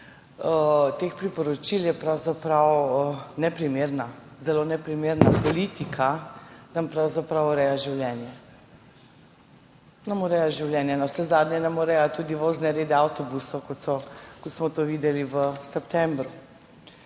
teh priporočil je pravzaprav neprimerna, zelo neprimerna. Politika nam pravzaprav ureja življenje. Nam ureja življenje. Navsezadnje nam ureja tudi vozne rede avtobusov, kot smo to videli v septembru.